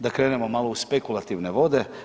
Da krenemo malo u spekulativne vode.